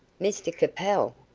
mr capel,